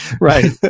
Right